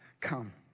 come